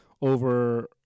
over